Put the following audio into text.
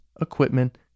equipment